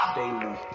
daily